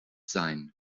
sein